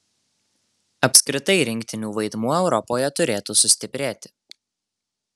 apskritai rinktinių vaidmuo europoje turėtų sustiprėti